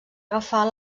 agafar